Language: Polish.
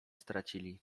stracili